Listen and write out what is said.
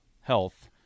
health